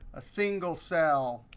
a single cell,